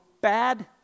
bad